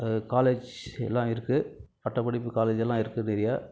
college எல்லாம் இருக்குது பட்டப்படிப்பு காலேஜ் எல்லாம் இருக்குது நிறையா